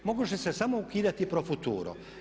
Može se samo ukidati pro futuro.